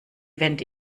wände